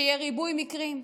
שיהיה ריבוי מקרים,